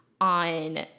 on